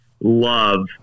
love